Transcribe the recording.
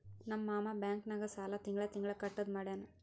ನಮ್ ಮಾಮಾ ಬ್ಯಾಂಕ್ ನಾಗ್ ಸಾಲ ತಿಂಗಳಾ ತಿಂಗಳಾ ಕಟ್ಟದು ಮಾಡ್ಯಾನ್